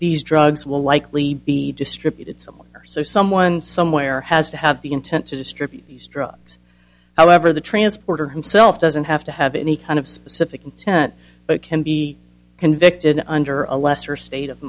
these drugs will likely be distributed so someone somewhere has to have the intent to distribute these drugs however the transporter himself doesn't have to have any kind of specific intent but can be convicted under a lesser state of